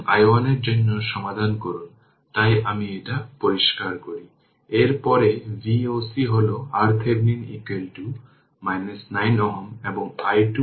ধরুন t i 3 এর পরিবর্তে যদি হঠাৎ পরিবর্তন ঘটে t i 3 যেখানে i 3 0